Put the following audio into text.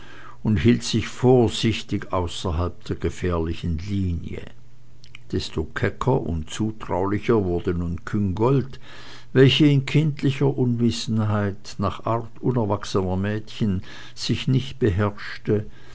und hielt sich vorsichtig außerhalb der gefährlichen linie desto kecker und zutulicher wurde küngolt welche in kindlicher unwissenheit nach art unerwachsener mädchen sich nicht beherrschte